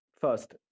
first